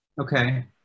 Okay